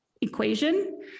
equation